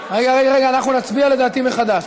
רגע, רגע, אנחנו נצביע, לדעתי, מחדש.